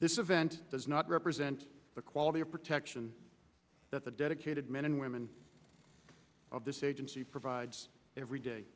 this event does not represent the quality of protection that the dedicated men and women of this agency provides every day